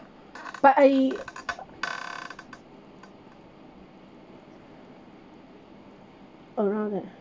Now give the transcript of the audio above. but I around that